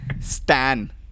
Stan